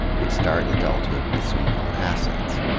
would start adulthood with some real assets.